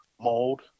mold